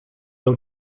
dans